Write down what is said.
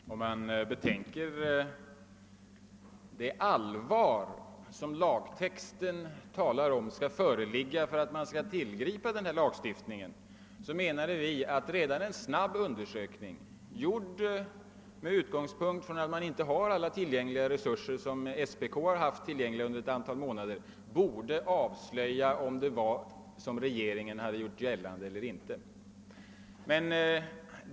Herr talman! Med tanke på det allvar som enligt lagtexten skall föreligga för att man skall tillgripa priskontroll menade vi, att redan en snabb undersökning, gjord även med hänsyn till att vi inte hade alla de resurser som SPK haft tillgängliga under ett antal månader, borde kunna avslöja om det förhöll sig så som regeringen gjort gällande eller ej.